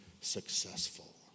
successful